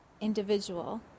individual